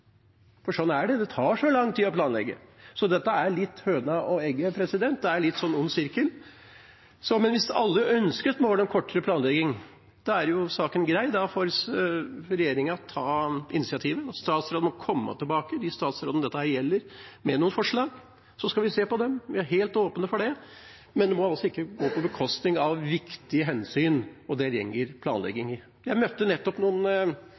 for at det er så lang planleggingstid at budsjettmidler heller ikke stilles til rådighet før mye senere, for sånn er det, det tar så lang tid å planlegge. Dette er litt høna og egget – en litt sånn ond sirkel. Men hvis alle ønsker et mål om kortere planlegging, er saken grei. Da får regjeringa ta initiativet. De statsrådene dette gjelder, må komme tilbake med noen forslag, så skal vi se på dem. Vi er helt åpne for det, men det må